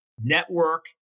network